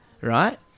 right